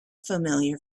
familiar